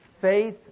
Faith